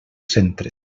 centres